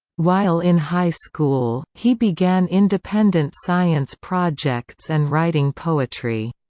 while in high school, he began independent science projects and writing poetry.